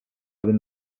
він